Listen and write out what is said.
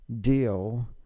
deal